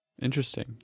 Interesting